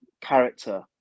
character